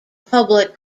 public